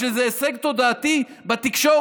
בשביל איזה הישג תודעתי בתקשורת.